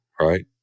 right